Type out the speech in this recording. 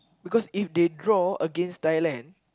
because if they draw against Thailand